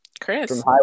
Chris